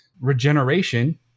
regeneration